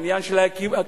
העניין של הכיבוש,